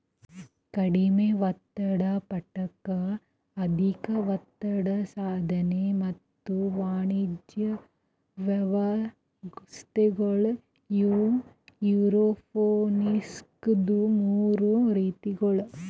ಕಡಿಮೆ ಒತ್ತಡದ ಘಟಕ, ಅಧಿಕ ಒತ್ತಡದ ಸಾಧನ ಮತ್ತ ವಾಣಿಜ್ಯ ವ್ಯವಸ್ಥೆಗೊಳ್ ಇವು ಏರೋಪೋನಿಕ್ಸದು ಮೂರು ರೀತಿಗೊಳ್